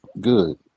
Good